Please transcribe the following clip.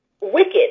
wicked